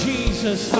Jesus